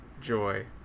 joy